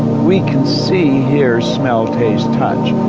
we can see, hear, smell, taste, touch,